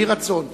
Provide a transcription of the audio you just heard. יהי רצון